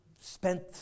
spent